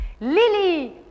Lily